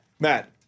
Matt